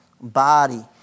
body